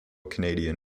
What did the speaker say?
canadian